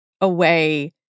away